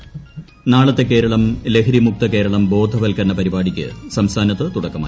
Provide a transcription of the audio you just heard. നാളത്തെ ക്ടേരളം ലഹരി മുക്ത കേരളം ബോധവൽക്കരണ പര്യ്പ്പാട്ടിക്ക് സംസ്ഥാനത്ത് തുടക്കമായി